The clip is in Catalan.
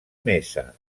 mesa